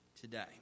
today